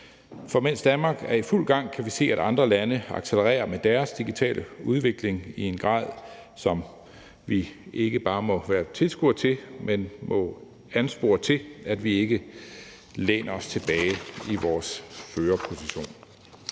For mens Danmark er i fuld gang, kan vi se, at andre lande accelererer med deres digitale udvikling i en grad, som vi ikke bare må være tilskuere til, men det må anspore til, at vi ikke læner os tilbage i vores førerposition.